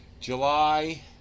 July